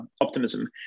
Optimism